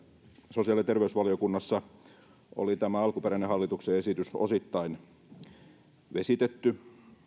sosiaali ja terveysvaliokunnassa oli tämä alkuperäinen hallituksen esitys osittain vesitetty